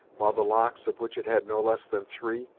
while the locks, of which it had no less than three,